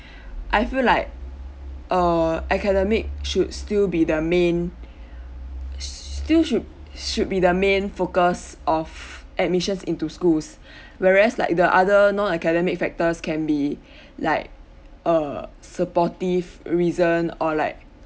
I feel like err academic should still be the main still should should be the main focus of admissions into schools whereas like other non academic factors can be like err supportive reason or like